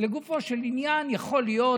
לגופו של עניין יכול להיות